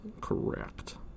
Correct